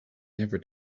never